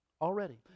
Already